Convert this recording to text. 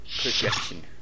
projection